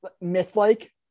myth-like